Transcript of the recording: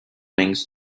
wings